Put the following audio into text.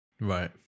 Right